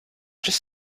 just